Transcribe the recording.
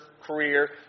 career